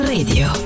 Radio